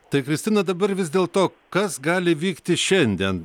tai kristina dabar vis dėlto kas gali vykti šiandien